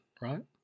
right